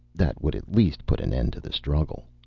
that would at least put an end to the struggle.